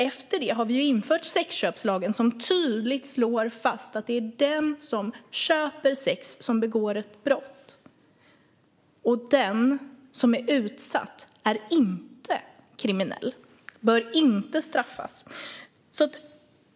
Efter det har vi infört sexköpslagen, som tydligt slår fast att det är den som köper sex som begår ett brott och att den som är utsatt inte är kriminell och inte bör straffas.